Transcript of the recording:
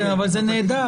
זה נהדר.